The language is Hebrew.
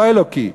לא האלוקי.